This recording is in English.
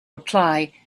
reply